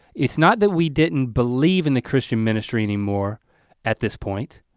it's not that we didn't believe in the christian ministry anymore at this point.